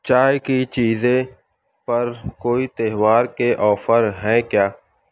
چائے کی چیزیں پر کوئی تہوار کے آفر ہیں کیا